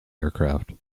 aircraft